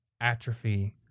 atrophy